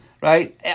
right